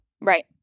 Right